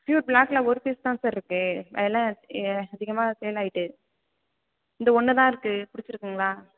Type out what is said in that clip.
pure ப்ளாக்கில் ஒரு piece தான் சார் இருக்கு அது எல்லாம் அதிகமாக சேல் ஆயிட்டு இந்த ஒன்று தான் இருக்கு பிடிச்சிருக்குங்களா